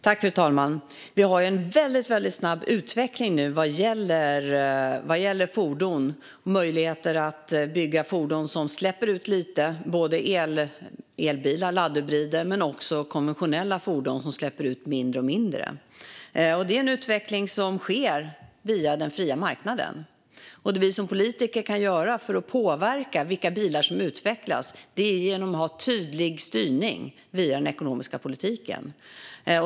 Fru talman! Vi har en väldigt snabb utveckling nu vad gäller fordon och möjligheter att bygga fordon som släpper ut mindre och mindre. Det handlar om såväl elbilar och laddhybrider som konventionella fordon. Det är en utveckling som sker via den fria marknaden. Det vi politiker kan göra för att påverka vilka bilar som utvecklas är att ha en tydlig styrning via den ekonomiska politiken.